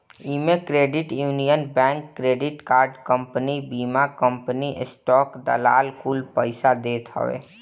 इमे credit union bank, credit card company, बीमा company, stock दलाल कुल पइसा देत हवे